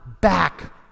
back